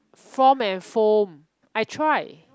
form and foam I tried